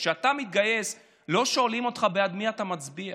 כשאתה מתגייס לא שואלים אותך בעד מי אתה מצביע.